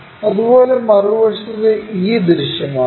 അതുപോലെ മറുവശത്ത് e ദൃശ്യമാകും